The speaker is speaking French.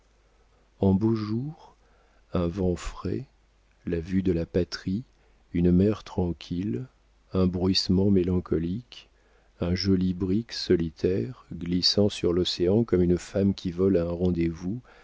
un beau jour un vent frais la vue de la patrie une mer tranquille un bruissement mélancolique un joli brick solitaire glissant sur l'océan comme une femme qui vole à un rendez-vous